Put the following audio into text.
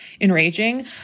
enraging